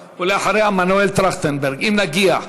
ולאחריה, מנואל טרכטנברג, אם נגיע.